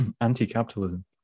anti-capitalism